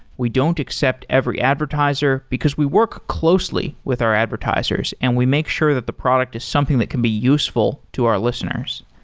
we don't accept every advertiser, because we work closely with our advertisers and we make sure that the product is something that can be useful to our listeners.